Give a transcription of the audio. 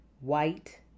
white